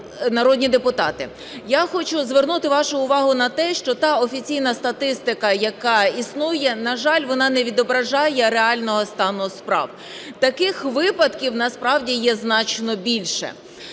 народні депутати, я хочу звернути вашу увагу на те, що та офіційна статистика, яка існує, на жаль, вона не відображає реального стану справ. Таких випадків насправді є значно більше.